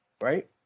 right